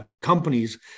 companies